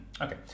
Okay